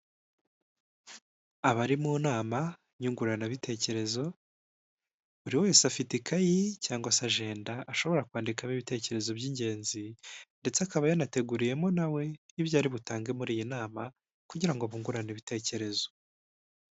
Abari mu nama nyunguranabitekerezo buri wese afite ikayi cyangwa se ajenda ashobora kwandikamo ibitekerezo by'ingenzi ndetse akaba yanateguriyemo na we ibyo ari butange muri iyi nama kugira ngo bungurane ibitekerezo.